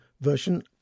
version